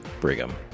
Brigham